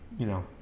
you know